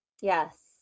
Yes